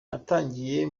natangiye